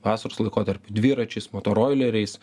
vasaros laikotarpiu dviračiais motoroleriais